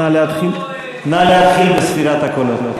נא להתחיל בספירת הקולות.